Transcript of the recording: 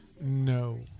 No